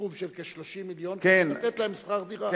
סכום של כ-30 מיליון כדי לתת להם שכר דירה.